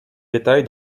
bétail